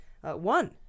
One